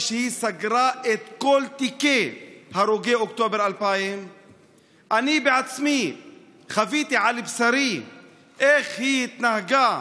כשהיא סגרה את כל תיקי הרוגי אוקטובר 2000. אני בעצמי חוויתי על בשרי איך היא התנהגה